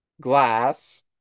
glass